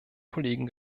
kollegen